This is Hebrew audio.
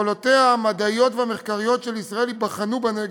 יכולותיה המדעיות והמחקריות של ישראל ייבחנו בנגב.